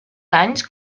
anys